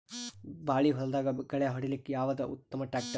ಬಾಳಿ ಹೊಲದಾಗ ಗಳ್ಯಾ ಹೊಡಿಲಾಕ್ಕ ಯಾವದ ಉತ್ತಮ ಟ್ಯಾಕ್ಟರ್?